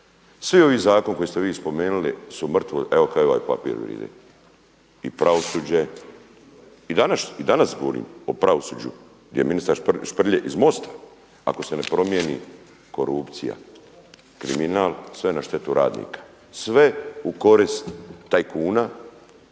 svi ovi zakoni koje ste vi spomenuli su mrtvo, evo kao i ovaj papir vrijedi. I pravosuđe i danas govorim o pravosuđu gdje je ministar Šprlje iz MOST-a, ako se ne promijeni korupcija, kriminal, sve na štetu radnika. Sve u korist tajkuna,